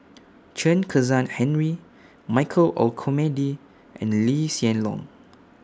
Chen Kezhan Henri Michael Olcomendy and Lee Hsien Loong